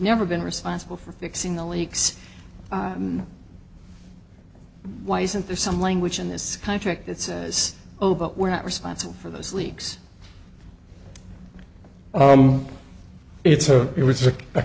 never been responsible for fixing the leaks why isn't there some language in this contract that says oh but we're not responsible for those leaks it's a it was a